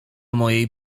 mojej